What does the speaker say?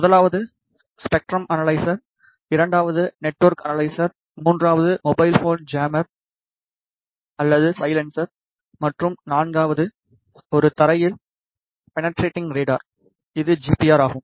முதலாவது spectrum analyser இரண்டாவது network analyser மூன்றாவது மொபைல் போன் ஜாம்மர் அல்லது சைலன்சர் மற்றும் நான்காவது ஒரு தரையில் பெணட்ரேடிங் ரேடார் இது ஜிபிஆர் ஆகும்